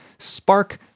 spark